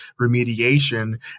remediation